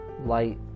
light